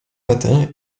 matin